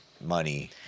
money